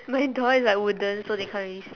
my door is like wooden so they can't really see